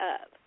up